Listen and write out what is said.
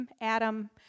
Adam